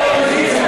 התכוון,